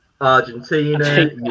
Argentina